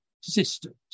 systems